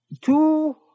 Two